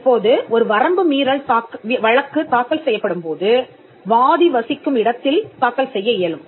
இப்போது ஒரு வரம்பு மீறல் வழக்கு தாக்கல் செய்யப்படும் போது வாதி வசிக்கும் இடத்தில் தாக்கல் செய்ய இயலும்